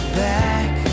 back